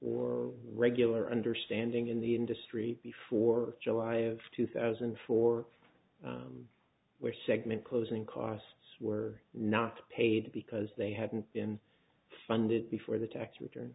or regular understanding in the industry before july of two thousand and four where segment closing costs were not paid because they hadn't been funded before the tax return